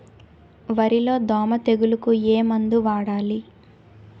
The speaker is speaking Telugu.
వరిలో దోమ తెగులుకు ఏమందు వాడాలి?